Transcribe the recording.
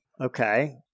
Okay